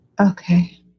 Okay